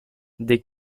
des